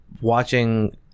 watching